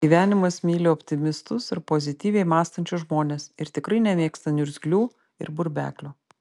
gyvenimas myli optimistus ir pozityviai mąstančius žmones ir tikrai nemėgsta niurgzlių ir burbeklių